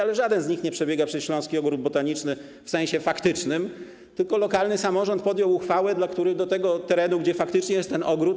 Ale żaden z nich nie przebiega przez Śląski Ogród Botaniczny w sensie faktycznym, tylko lokalny samorząd podjął uchwałę dla tego terenu, gdzie faktycznie jest ten ogród.